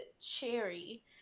Cherry